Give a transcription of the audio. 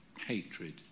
hatred